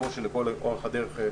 כמו שעשו בעצם לאורך כל הדרך: